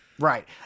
Right